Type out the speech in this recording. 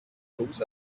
اتوبوس